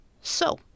So